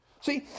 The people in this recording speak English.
See